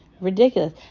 Ridiculous